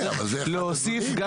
אבל צריך להוסיף.